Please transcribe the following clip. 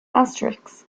asterisk